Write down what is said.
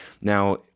Now